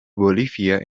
bolivia